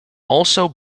also